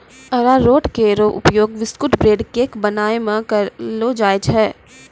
अरारोट केरो उपयोग biscuit, bread, cake बनाय म कयलो जाय छै